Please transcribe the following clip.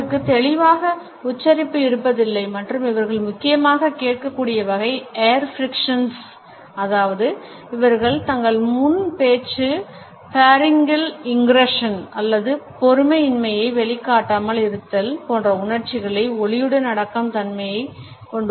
பலருக்கு தெளிவான உச்சரிப்பு இருப்பதில்லை மற்றும் இவர்கள் முக்கியமாக கேட்கக் கூடிய வகை air frictions அதாவது இவர்கள் தங்கள் முன் பேச்சு pharyngeal ingression அல்லது பொறுமையின்மையை வெளிகாட்டாமல் இருத்தல் போன்ற உணர்ச்சிகளை ஒலியுடன் அடக்கும் தன்மையைக் கொண்டுள்ளனர்